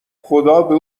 خدابه